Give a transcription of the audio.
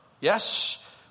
Yes